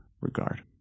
regard